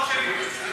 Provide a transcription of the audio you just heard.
שלי.